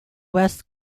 west